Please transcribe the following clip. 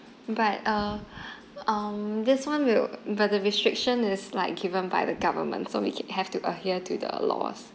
but uh um this [one] will but the restriction is like given by the government so we ca~ have to adhere to the laws